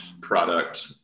product